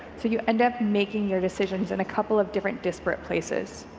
so you end up making your decisions in a couple of different disparate places.